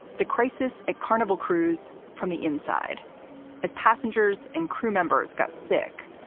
the crisis, a carnival cruise from the inside as passengers and crew members got sick.